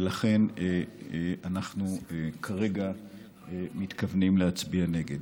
ולכן אנחנו כרגע מתכוונים להצביע נגד.